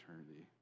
eternity